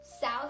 south